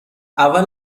اول